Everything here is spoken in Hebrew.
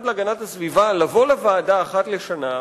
להגנת הסביבה לבוא לוועדה אחת לשנה,